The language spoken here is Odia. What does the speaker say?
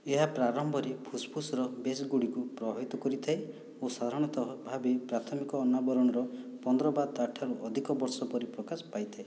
ଏହା ପ୍ରାରମ୍ଭରେ ଫୁସଫୁସର ବେସ୍ ଗୁଡ଼ିକୁ ପ୍ରଭାବିତ କରିଥାଏ ଓ ସାଧାରଣତଃ ଭାବେ ପ୍ରାଥମିକ ଅନାବରଣର ପନ୍ଦର ବା ତା'ଠୁ ଅଧିକ ବର୍ଷ ପରେ ପ୍ରକାଶ ପାଇଥାଏ